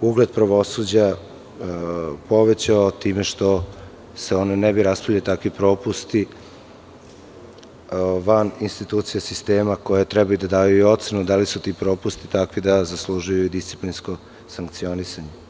ugled pravosuđa povećao time što se ne bi raspravljali takvi propusti van institucija sistema, koje treba i da daju i ocenu da li su ti propusti takvi da zaslužuju i disciplinsko sankcionisanje.